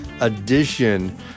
Edition